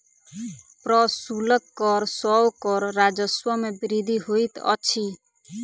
प्रशुल्क कर सॅ कर राजस्व मे वृद्धि होइत अछि